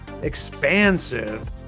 expansive